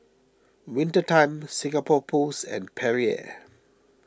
Winter Time Singapore Post and Perrier